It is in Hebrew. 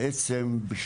בעצם,